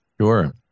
sure